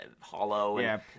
hollow